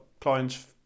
clients